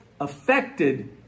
affected